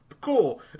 cool